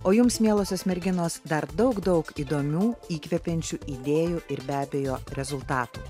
o jums mielosios merginos dar daug daug įdomių įkvepiančių idėjų ir be abejo rezultatų